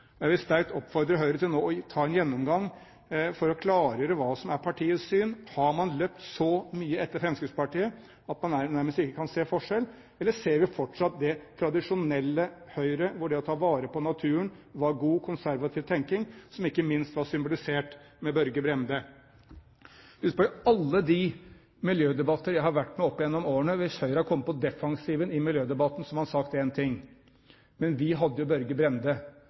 tillit. Jeg vil nå sterkt oppfordre Høyre til å ta en gjennomgang for å klargjøre hva som er partiets syn. Har man løpt så mye etter Fremskrittspartiet at man nærmest ikke kan se forskjell, eller ser vi fortsatt det tradisjonelle Høyre hvor det å ta vare på naturen var god konservativ tenkning som ikke minst var symbolisert ved Børge Brende. I alle de miljødebatter jeg har vært med i opp gjennom årene, har Høyre, hvis de har kommet på defensiven i en miljødebatt, sagt én ting: Vi hadde Børge Brende,